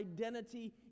identity